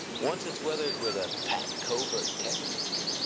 once it's weathered with a pat covert technique,